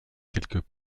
quelques